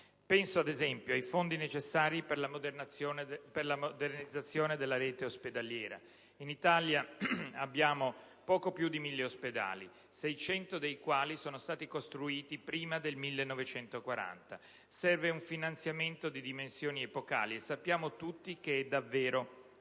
Penso ad esempio ai fondi necessari per la modernizzazione della rete ospedaliera: in Italia abbiamo poco più di mille ospedali, 600 dei quali costruiti prima del 1940. Serve un finanziamento di dimensioni epocali e sappiamo tutti che è davvero necessario.